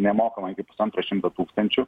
nemokamai iki pusantro šimto tūkstančių